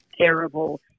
Terrible